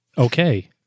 Okay